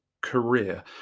career